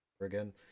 again